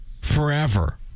forever